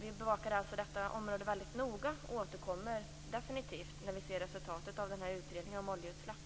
Vi bevakar alltså detta område väldigt noga och återkommer definitivt när vi ser resultatet av utredningen om oljeutsläpp.